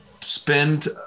spend